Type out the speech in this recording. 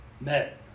Met